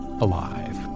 alive